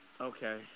Okay